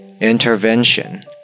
Intervention